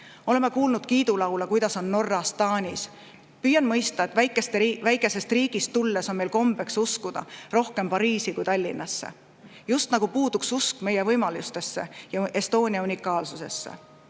Oleme kuulnud kiidulaule, kuidas on Norras või Taanis. Püüan mõista, et väikesest riigist tulles on meil kombeks uskuda rohkem Pariisi kui Tallinnasse, just nagu puuduks usk meie võimalustesse ja Estonia unikaalsusesse.